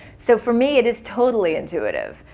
so for me, it's totally intuitive.